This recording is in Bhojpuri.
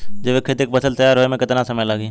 जैविक खेती के फसल तैयार होए मे केतना समय लागी?